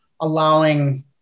allowing